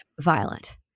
violent